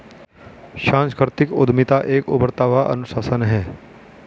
सांस्कृतिक उद्यमिता एक उभरता हुआ अनुशासन है